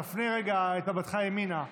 תפנה רגע את מבטך ימינה.